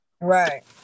Right